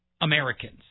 Americans